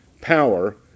power